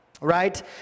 right